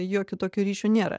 jokio tokio ryšio nėra